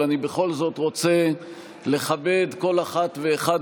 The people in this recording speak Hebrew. אבל אני בכל זאת רוצה לכבד כל אחת ואחד